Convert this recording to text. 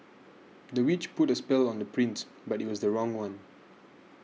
the witch put a spell on the prince but it was the wrong one